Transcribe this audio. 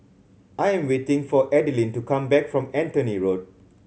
I am waiting for Adilene to come back from Anthony Road